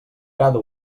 cada